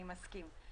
אני מסכים.